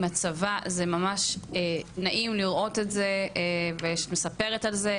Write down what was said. הצבא זה ממש נעים לראות את זה ושאת מספרת על זה,